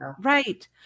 Right